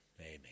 Amen